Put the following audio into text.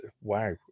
wow